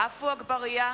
עפו אגבאריה,